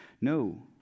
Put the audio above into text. no